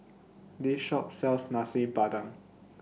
This Shop sells Nasi Padang